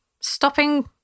stopping